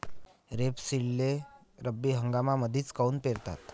रेपसीडले रब्बी हंगामामंदीच काऊन पेरतात?